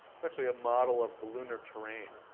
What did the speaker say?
it's actually a model of the lunar terrain.